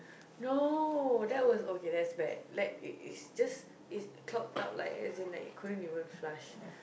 no that was okay that's bad like is it's just it's clogged out like as in like it couldn't even flush